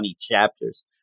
chapters